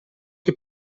che